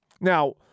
Now